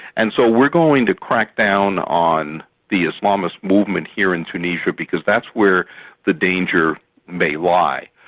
and so we're going to crack down on the islamist movements here in tunisia, because that's where the danger may lie.